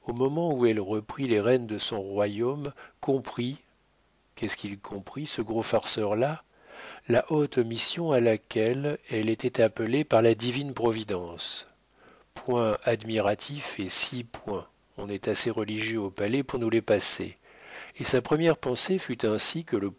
au moment où elle reprit les rênes de son royaume comprit qu'est-ce qu'il comprit ce gros farceur là la haute mission à laquelle elle était appelée par la divine providence point admiratif et six points on est assez religieux au palais pour nous les passer et sa première pensée fut ainsi que le